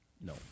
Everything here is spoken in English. No